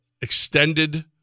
extended